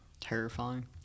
Terrifying